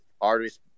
artists